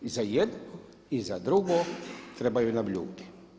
I za jedno i za drugo trebaju nam ljudi.